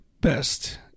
best